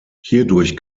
hierdurch